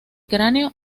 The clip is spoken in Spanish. cráneo